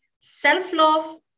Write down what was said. self-love